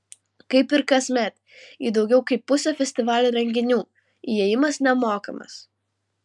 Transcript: kaip ir kasmet į daugiau kaip pusę festivalio renginių įėjimas nemokamas